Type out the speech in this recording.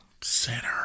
Sinner